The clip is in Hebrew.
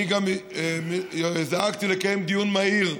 אני גם דאגתי לקיים דיון מהיר,